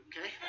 okay